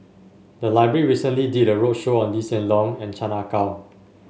the library recently did a roadshow on Lee Hsien Yang and Chan Ah Kow